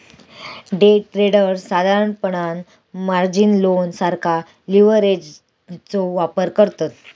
day traders साधारणपणान margin loan सारखा लीव्हरेजचो वापर करतत